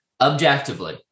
objectively